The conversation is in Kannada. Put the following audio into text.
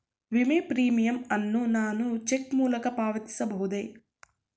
ವಿಮೆ ಪ್ರೀಮಿಯಂ ಅನ್ನು ನಾನು ಚೆಕ್ ಮೂಲಕ ಪಾವತಿಸಬಹುದೇ?